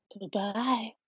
Goodbye